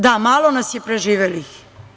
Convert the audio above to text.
Da, malo nas je preživelih!